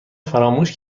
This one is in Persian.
فراموش